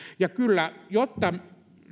ja kyllä jotta